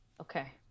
Okay